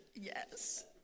Yes